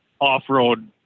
off-road